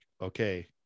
okay